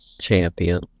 Champion